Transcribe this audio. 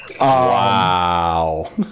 wow